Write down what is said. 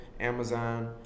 Amazon